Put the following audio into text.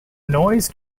noise